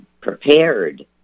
prepared